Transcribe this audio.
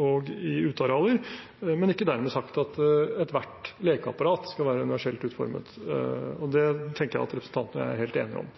og i utearealer, men det er ikke dermed sagt at ethvert lekeapparat skal være universelt utformet. Det tenker jeg at representanten og jeg er helt enige om.